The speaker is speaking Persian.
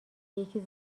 یکی